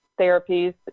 therapies